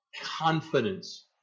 confidence